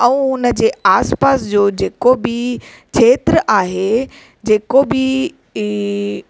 ऐं हुन जे आस पास जो जेको बि खेत्र आहे जेको बि